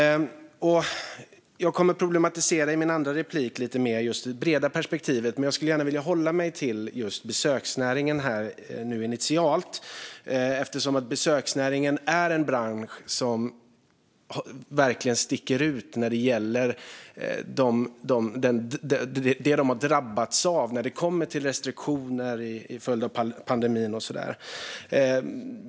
Jag kommer att problematisera det breda perspektivet lite mer i mitt andra inlägg. Men jag skulle initialt vilja hålla mig just till besöksnäringen, eftersom besöksnäringen är en bransch som verkligen sticker ut när det gäller det som den har drabbats av när det kommer till restriktioner till följd av pandemin och så vidare.